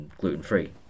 gluten-free